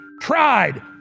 tried